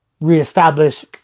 reestablish